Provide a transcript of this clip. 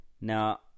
Now